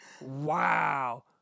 Wow